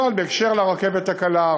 בכלל בקשר לרכבת הקלה,